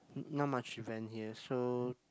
not much event here so